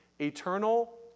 eternal